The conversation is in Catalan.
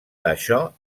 això